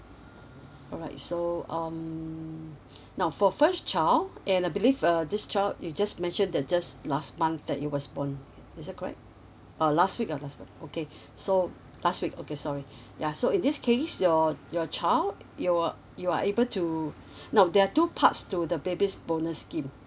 alright so um now for first child and I believe uh this child you just mentioned they're just last month that he was born is it correct uh last week oh last month okay so last week okay sorry ya so in this case your your child you're you are able to now there are two parts to the baby's bonus scheme